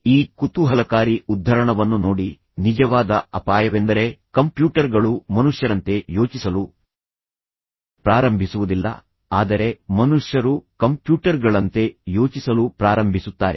ಈ ಕುತೂಹಲಕಾರಿ ಉದ್ಧರಣವನ್ನು ನೋಡಿ ನಿಜವಾದ ಅಪಾಯವೆಂದರೆ ಕಂಪ್ಯೂಟರ್ಗಳು ಮನುಷ್ಯರಂತೆ ಯೋಚಿಸಲು ಪ್ರಾರಂಭಿಸುವುದಿಲ್ಲ ಆದರೆ ಮನುಷ್ಯರು ಕಂಪ್ಯೂಟರ್ಗಳಂತೆ ಯೋಚಿಸಲು ಪ್ರಾರಂಭಿಸುತ್ತಾರೆ